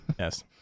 yes